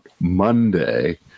monday